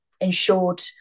ensured